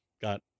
got